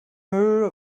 müll